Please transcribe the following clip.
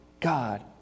God